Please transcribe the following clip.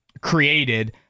created